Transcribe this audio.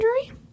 injury